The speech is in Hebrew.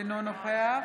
אינו נוכח